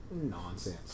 nonsense